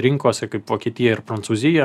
rinkose kaip vokietija ir prancūzija